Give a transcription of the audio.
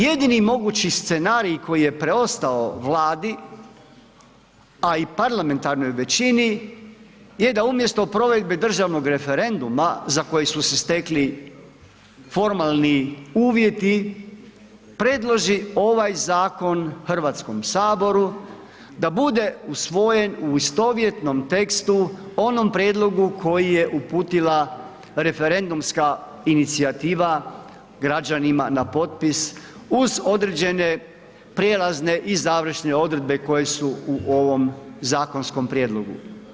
Jedini mogući scenarij koji je preostao Vladi, a i parlamentarnoj većini je da umjesto provedbe državnog referenduma za koji su se stekli formalni uvjeti, predloži ovaj zakon HS, da bude usvojen u istovjetnom tekstu onom prijedlogu koji je uputila referendumska inicijativa građanima na potpis uz određene prijelazne i završne odredbe koje su u ovom zakonskom prijedlogu.